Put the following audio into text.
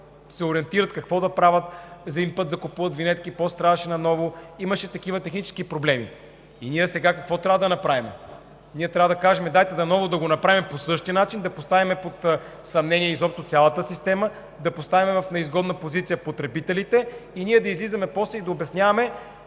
се ориентират какво да правят, един път закупуват винетки после трябваше отново, имаше такива технически проблеми. Сега какво трябва да направим? Трябва да кажем: дайте отново да го направим по същия начин, да поставим под съмнение изобщо цялата система, да поставим в неизгодна позиция потребителите и после да излизаме и да обясняваме,